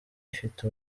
ifite